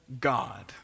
God